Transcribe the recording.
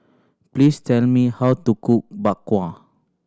please tell me how to cook Bak Kwa